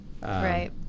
Right